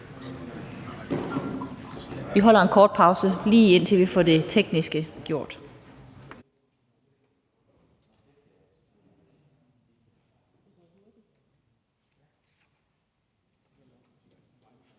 Vi holder en kort pause, til vi får det tekniske på